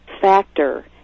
factor